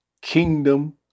kingdom